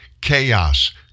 chaos